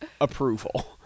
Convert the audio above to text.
approval